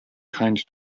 kind